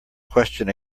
question